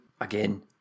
Again